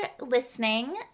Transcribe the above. listening